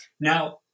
now